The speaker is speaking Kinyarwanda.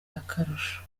akarusho